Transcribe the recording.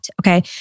Okay